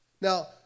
Now